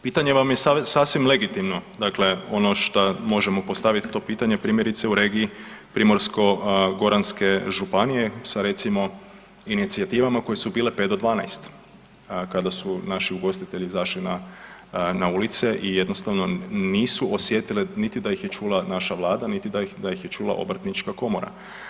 Pitanje vam je sasvim legitimno, dakle ono šta možemo postavit to pitanje primjerice u regiji Primorsko-goranske županije sa recimo inicijativama koje su bile 5 do 12 kada su naši ugostitelji izašli na, na ulice i jednostavno nisu osjetile niti da ih je čula naša vlada, niti da ih je čula obrtnička komora.